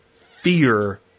fear